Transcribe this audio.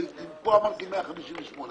פה אמרת: 157 שקלים.